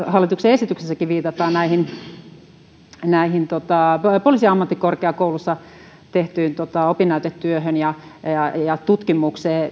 hallituksen esityksessäkin viitataan tähän poliisiammattikorkeakoulussa tehtyyn opinnäytetyöhön ja ja tutkimukseen